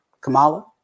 Kamala